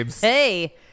Hey